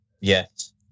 Yes